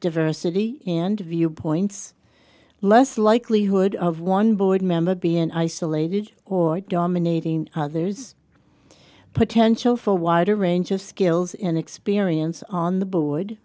diversity and viewpoints less likelihood of one board member be an isolated or dominating others potential for wider range of skills in experience on the board